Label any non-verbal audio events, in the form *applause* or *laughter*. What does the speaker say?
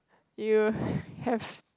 you *breath* have